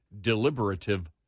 deliberative